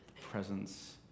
presence